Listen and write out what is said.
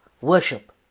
worship